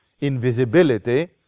invisibility